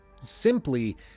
Simply